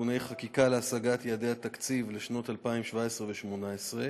(תיקוני חקיקה להשגת יעדי התקציב לשנות 2017 ו-2018),